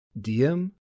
DM